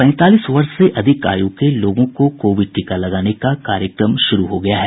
पैंतालीस वर्ष से अधिक आयु के लोगों को कोविड टीका लगाने का कार्यक्रम शुरू हो गया है